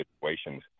situations